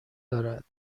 دارد